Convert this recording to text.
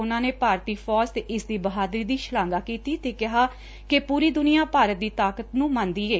ਉਨਾਂ ਨੇ ਭਾਰਤੀ ਫੌਜ ਤੇ ਇਸਦੀ ਬਹਾਦਰੀ ਦੀ ਸ਼ਲਾਘਾ ਕੀਤੀ ਤੇ ਕਿਹਾ ਕਿ ਪੁਰੀ ਦੁਨੀਆ ਭਾਰਤ ਦੀ ਤਾਕਤ ਮੰਨਦੀ ਏ